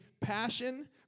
passion